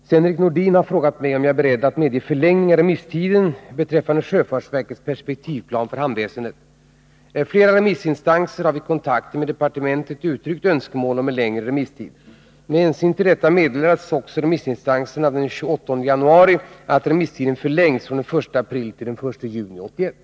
Herr talman! Sven-Erik Nordin har frågat mig om jag är beredd att medge förlängning av remisstiden beträffande sjöfartsverkets perspektivplan för hamnväsendet. Flera remissinstanser har vid kontakter med departementet uttryckt önskemål om förlängd remisstid. Med hänsyn till detta meddelades remissinstanserna den 28 januari att remisstiden förlängts från den 1 april till den 1 juni 1981.